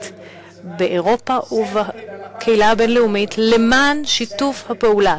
באירופה ובקהילה הבין-לאומית למען שיתוף הפעולה,